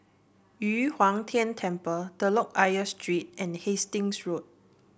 Yu Huang Tian Temple Telok Ayer Street and Hastings Road